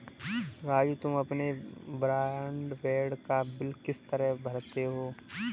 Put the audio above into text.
राजू तुम अपने ब्रॉडबैंड का बिल किस तरह भरते हो